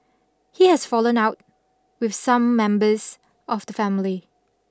he has fallen out with some members of the family